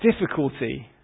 difficulty